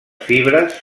fibres